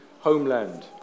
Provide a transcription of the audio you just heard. homeland